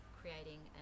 creating